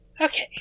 okay